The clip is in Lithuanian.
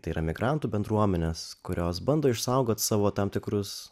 tai yra migrantų bendruomenes kurios bando išsaugot savo tam tikrus